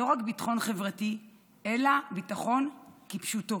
לא רק ביטחון חברתי אלא ביטחון כפשוטו.